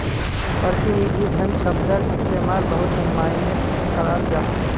प्रतिनिधि धन शब्दर इस्तेमाल बहुत माय्नेट कराल जाहा